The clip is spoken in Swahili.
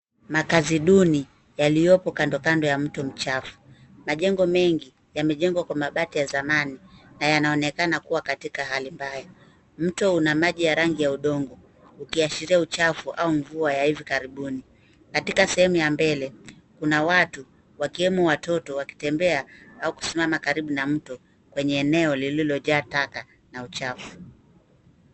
Makaazi duni yaliyopo kando kando ya mto mchafu. Majengo mengi yamejengwa kwa mabati ya zamani na yanaonekana kuwa katika hali mbaya. Mto una maji ya rangi ya udongo ukiashiria uchafu au mvua ya hivi karibuni. Katika sehemu ya mbele kuna watu wakiwemo watoto wakitembea au kusimama karibu na mto kwenye eneo lililojaa taka na uchafu.